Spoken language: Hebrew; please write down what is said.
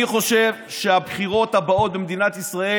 אני חושב שהבחירות הבאות במדינת ישראל